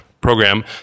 program